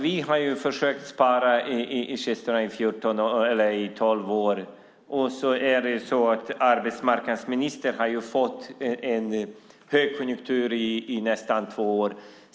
Vi har försökt spara i kistorna i tolv år, och arbetsmarknadsministern har fått en högkonjunktur i nästan två år.